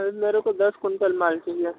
sir मेरे को दस कुंटल माल चहिए